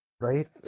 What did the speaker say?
Right